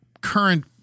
current